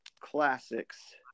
classics